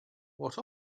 what